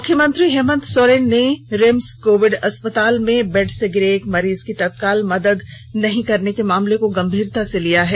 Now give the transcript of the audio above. मुख्यमंत्री हेमन्त सोरेन ने RIMS Covid अस्पताल में बेड से गिरे एक मरीज की तत्काल मदद नहीं करने के मामले को गंभीरता से लिया है